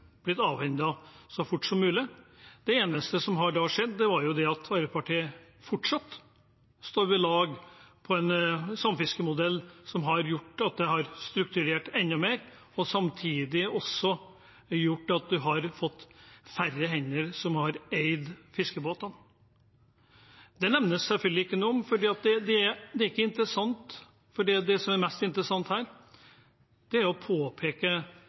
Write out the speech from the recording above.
blitt avhendet så fort som mulig. Det eneste som har skjedd, er at Arbeiderpartiet fortsatt står ved en samfiskemodell som har gjort at det har blitt strukturert enda mer, og det har samtidig gjort at en har fått færre hender som har eid fiskebåtene. Det nevnes selvfølgelig ikke, for det er ikke interessant. Det som er mest interessant her, er å påpeke det man mener det burde blitt utsatt for. Det er helt riktig, det som representanten Reiten sier. Så er